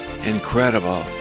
Incredible